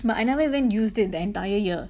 but I never even used it the entire year